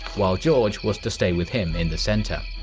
while george was to stay with him in the center.